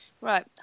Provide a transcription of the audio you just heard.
Right